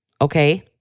Okay